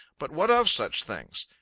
but what of such things?